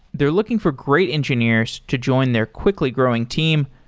they're looking for great engineers to join their quickly growing team.